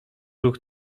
ruch